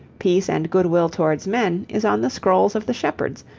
peace and goodwill towards men is on the scrolls of the shepherds,